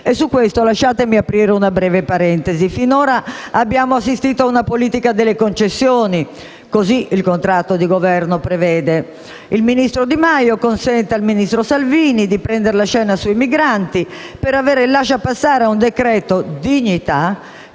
Su questo lasciatemi aprire una breve parentesi. Finora abbiamo assistito a una politica delle concessioni (così il contratto di Governo prevede): il ministro Di Maio consente al ministro Salvini di prender la scena sui migranti per avere il lasciapassare a un decreto dignità